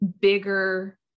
bigger